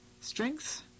strengths